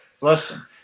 listen